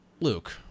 Luke